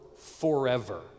forever